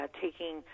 taking